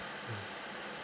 mmhmm